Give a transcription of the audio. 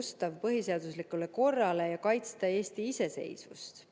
ustav põhiseaduslikule korrale ja kaitsta Eesti iseseisvust.